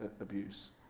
abuse